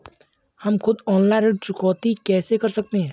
हम खुद ऑनलाइन ऋण चुकौती कैसे कर सकते हैं?